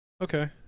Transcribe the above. Okay